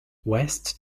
west